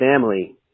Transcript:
family